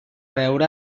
veure